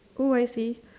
oh I see